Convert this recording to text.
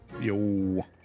Yo